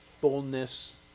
fullness